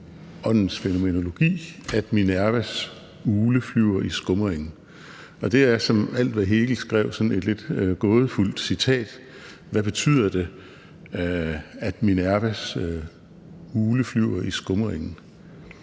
»Åndens fænomenologi«, at Minervas ugle flyver i skumringen, og det er som alt, hvad Hegel skrev, sådan et lidt gådefuldt citat. Hvad betyder det, at Minervas ugle flyver i skumringen?